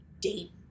date